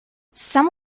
some